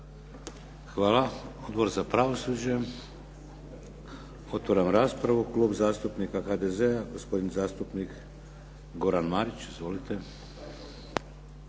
Hvala. Odbor za pravosuđe. Otvaram raspravu. Klub zastupnika HDZ-a gospodin zastupnik Goran Marić. Izvolite.